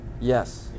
Yes